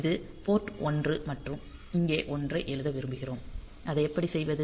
இது போர்ட் 1 மற்றும் இங்கே 1 ஐ எழுத விரும்புகிறோம் அதை எப்படி செய்வது